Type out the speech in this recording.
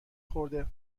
خورده